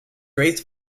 raised